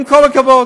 עם כל הכבוד.